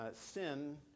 sin